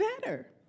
better